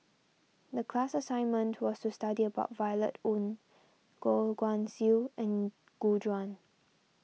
the class assignment was to study about Violet Oon Goh Guan Siew and Gu Juan